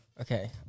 Okay